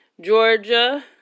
Georgia